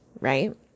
right